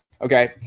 okay